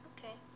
Okay